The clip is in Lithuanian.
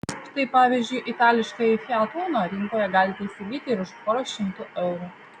štai pavyzdžiui itališkąjį fiat uno rinkoje galite įsigyti ir už porą šimtų eurų